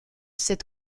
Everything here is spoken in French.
cette